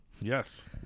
Yes